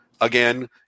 again